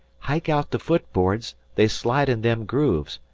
hike out the foot-boards they slide in them grooves,